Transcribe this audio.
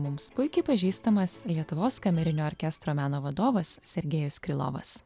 mums puikiai pažįstamas lietuvos kamerinio orkestro meno vadovas sergejus krylovas